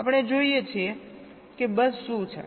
આપણે જોઈએ છીએ કે બસ શું છે